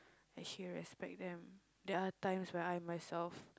actually respect them there are times when I myself